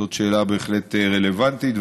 זאת בהחלט שאלה רלוונטית,